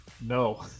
no